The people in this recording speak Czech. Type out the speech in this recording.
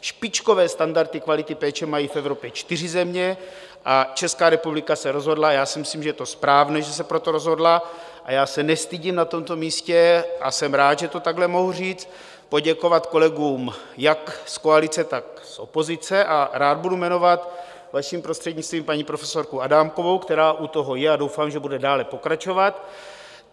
Špičkové standardy kvality péče mají v Evropě čtyři země a Česká republika se rozhodla, já si myslím, že to je správné, že se pro to rozhodla a já se nestydím na tomto místě, a jsem rád, že to takhle mohu říct, poděkovat kolegům jak z koalice, tak z opozice, a rád budu jmenovat, vaším prostřednictvím, paní profesorku Adámkovou, která u toho je, a doufám, že bude dále pokračovat